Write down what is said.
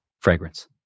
fragrance